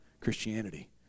Christianity